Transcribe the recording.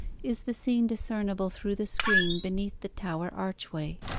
is the scene discernible through the screen beneath the tower archway.